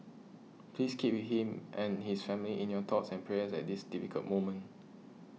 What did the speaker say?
please keep him and his family in your thoughts and prayers at this difficult moment